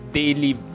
daily